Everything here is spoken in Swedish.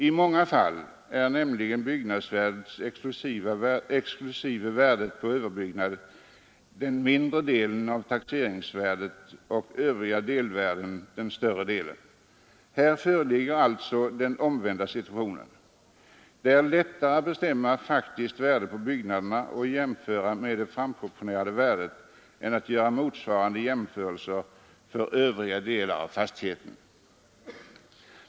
I många fall är nämligen byggnadsvärdet exklusive värdet på överbyggnad den mindre delen av taxeringsvärdet och övriga delvärden den större delen. Här föreligger alltså den omvända situationen. Det är lättare att bestämma faktiskt värde på byggnaderna och jämföra med det framproportionerade värdet än att göra motsvarande jämförelse för övrig del av fastigheten.